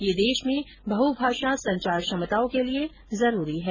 ये देश में बहुभाषा संचार क्षमताओं के लिए जरूरी है